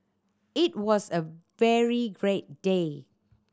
it was a very great day